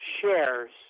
shares